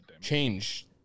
Change